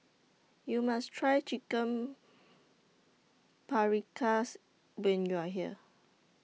YOU must Try Chicken Paprikas when YOU Are here